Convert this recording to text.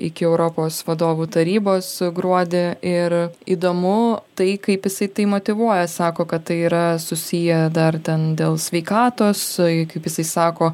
iki europos vadovų tarybos gruodį ir įdomu tai kaip jisai tai motyvuoja sako kad tai yra susiję dar ten dėl sveikatos ju kaip jisai sako